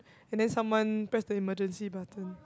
and then someone press the emergency button